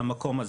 המקום הזה,